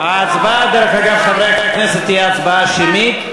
דרך אגב, חברי הכנסת, ההצבעה תהיה הצבעה שמית.